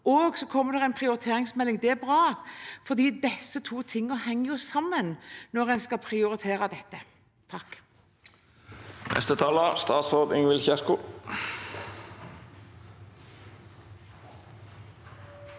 Så kommer det en prioriteringsmelding, og det er bra, for disse to tingene henger jo sammen når en skal prioritere dette.